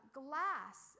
glass